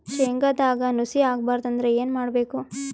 ಶೇಂಗದಾಗ ನುಸಿ ಆಗಬಾರದು ಅಂದ್ರ ಏನು ಮಾಡಬೇಕು?